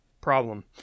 problem